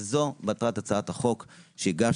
וזו מטרת הצעת החוק שהגשתי